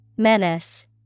Menace